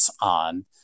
on